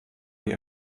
die